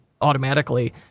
automatically